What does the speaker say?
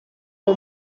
uwo